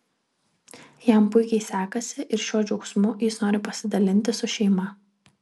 jam puikiai sekasi ir šiuo džiaugsmu jis nori pasidalinti su šeima